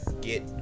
get